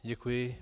Děkuji.